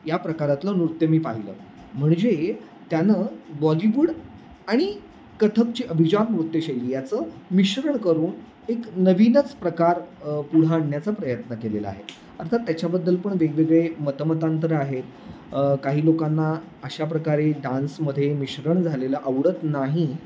या प्रकारातलं नृत्य मी पाहिलं म्हणजे त्यानं बॉलीवूड आणि कथ्थकची अभिजात नृत्यशैली याचं मिश्रण करून एक नवीनच प्रकार पुढं आणण्याचा प्रयत्न केलेला आहे अर्थात त्याच्याबद्दल पण वेगवेगळे मतमतांतरं आहेत काही लोकांना अशा प्रकारे डान्समध्ये मिश्रण झालेलं आवडत नाही